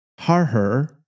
Harher